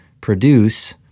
produce –